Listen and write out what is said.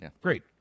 Great